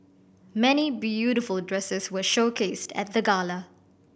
many beautiful dresses were showcased at the gala